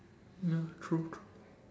ya true true